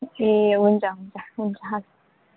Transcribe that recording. ए हुन्छ हुन्छ हुन्छ हस्